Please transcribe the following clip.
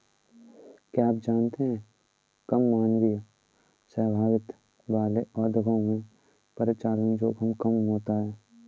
क्या आप जानते है कम मानवीय सहभागिता वाले उद्योगों में परिचालन जोखिम कम होता है?